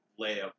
Layup